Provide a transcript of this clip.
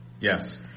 Yes